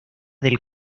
del